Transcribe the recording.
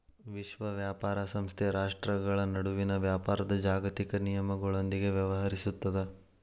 ವಿಶ್ವ ವ್ಯಾಪಾರ ಸಂಸ್ಥೆ ರಾಷ್ಟ್ರ್ಗಳ ನಡುವಿನ ವ್ಯಾಪಾರದ್ ಜಾಗತಿಕ ನಿಯಮಗಳೊಂದಿಗ ವ್ಯವಹರಿಸುತ್ತದ